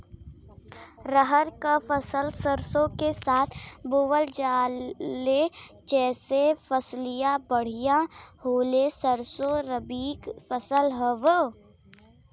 रहर क फसल सरसो के साथे बुवल जाले जैसे फसलिया बढ़िया होले सरसो रबीक फसल हवौ